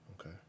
Okay